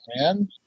man